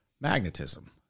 magnetism